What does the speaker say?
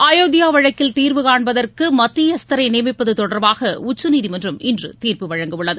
அயோத்தியா வழக்கில் தீர்வு காண்பதற்கு மத்தியஸ்தரை நியமிப்பது தொடர்பாக உச்சநீதிமன்றம் இன்று தீர்ப்பு வழங்க உள்ளது